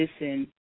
listen